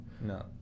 No